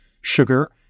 sugar